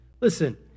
Listen